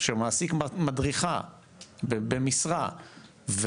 שמעסיק מדריכה במשרה,